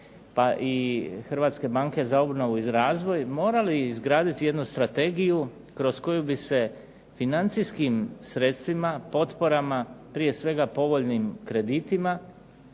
pa i Hrvatske banke za obnovu razvoj morali izgraditi jednu strategiju kroz koju bi se financijskim sredstvima, potporama, prije svega povoljnim kreditima